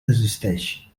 desisteix